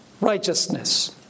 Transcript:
righteousness